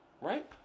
right